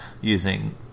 using